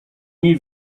niej